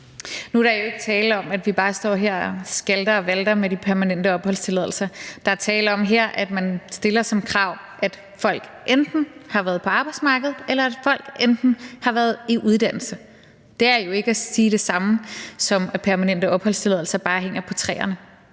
Nu er der jo ikke tale om, at vi bare står her og skalter og valter med de permanente opholdstilladelser. Der er tale om her, at man stiller som krav, enten at folk har været på arbejdsmarkedet, eller at folk har været i uddannelse. Det er jo ikke det samme som at sige, at permanente opholdstilladelser bare hænger på træerne.